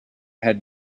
had